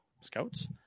Scouts